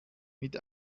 mit